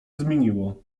zmieniło